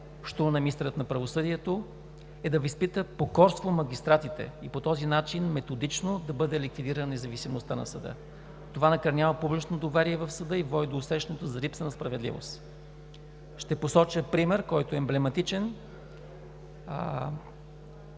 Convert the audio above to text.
на министъра на правосъдието, е да възпитат покорство у магистратите и по този начин методично да бъде ликвидирана независимостта на съда. Това накърнява публичното доверие в съда и води до усещането за липса на справедливост. Ще посоча пример, който е емблематичен.